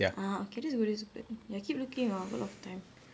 ah okay that's good that's good keep looking uh got a lot of time